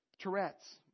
Tourette's